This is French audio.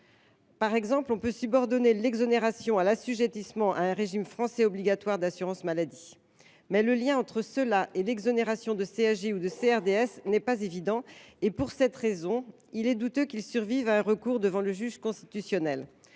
Par exemple, on peut subordonner l’exonération à l’assujettissement à un régime français obligatoire d’assurance maladie, mais le lien entre cette condition et l’exonération de CSG ou de CRDS n’est pas manifeste. Pour cette raison, il est douteux qu’une telle disposition survive à un recours devant le juge constitutionnel.